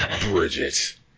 Bridget